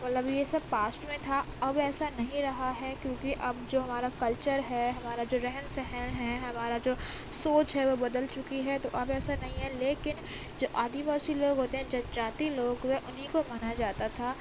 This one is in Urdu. مطلب یہ سب پاسٹ میں تھا اب ایسا نہیں رہا ہے کیونکہ اب جو ہمارا کلچر ہے ہمارا جو رہن سہن ہے ہمارا جو سوچ ہے وہ بدل چُکی ہے تو اب ایسا نہیں ہے لیکن جو آدیواسی لوگ ہوتے ہیں جنجاتی لوگ ہوئے اُنہیں کو مانا جاتا تھا